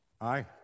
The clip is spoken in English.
Aye